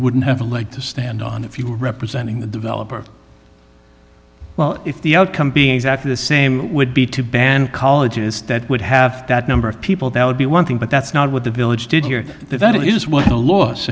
you wouldn't have a leg to stand on if you were representing the developer well if the outcome being exactly the same would be to ban colleges that would have that number of people that would be one thing but that's not what the village did here that is what the law